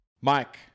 Mike